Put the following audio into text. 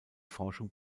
forschung